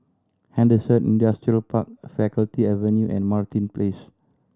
Henderson Industrial Park Faculty Avenue and Martin Place